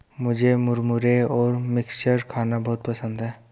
मुझे मुरमुरे और मिक्सचर खाना बहुत पसंद है